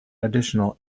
additional